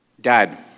Dad